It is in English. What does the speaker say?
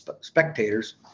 spectators